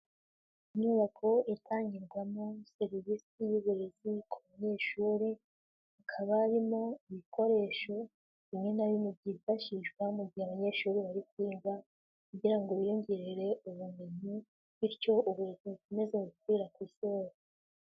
Inyubako itangirwamo serivisi y'uburezi ku banyeshuri, hakaba harimo ibikoresho bimwe na bimwe byifashishwa mu gihe abanyeshuri bari kwiga kugira ngo biyongerere ubumenyi, bityo uburezi bukomeze gukwira ku isi hose.